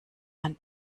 man